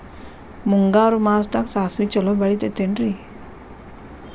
ಮುಂಗಾರು ಮಾಸದಾಗ ಸಾಸ್ವಿ ಛಲೋ ಬೆಳಿತೈತೇನ್ರಿ?